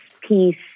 peace